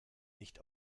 nicht